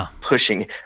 Pushing